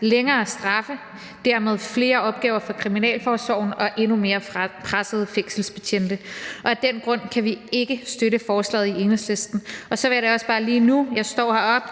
længere straffe og dermed flere opgaver for kriminalforsorgen og endnu mere pressede fængselsbetjente. Og af den grund kan vi i Enhedslisten ikke støtte forslaget. Og så vil jeg da også bare lige nu, jeg står heroppe,